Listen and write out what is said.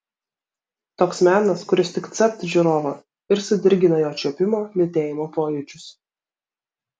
toks menas kuris tik capt žiūrovą ir sudirgina jo čiuopimo lytėjimo pojūčius